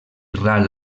ral